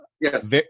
Yes